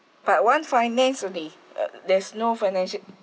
part one finance only uh there's no financial